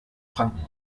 franken